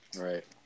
Right